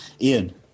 Ian